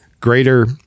greater